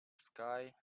sky